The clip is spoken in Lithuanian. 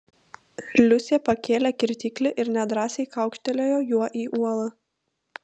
liusė pakėlė kirtiklį ir nedrąsiai kaukštelėjo juo į uolą